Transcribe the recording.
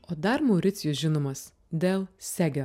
o dar mauricijus žinomas dėl sege